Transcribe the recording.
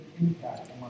impact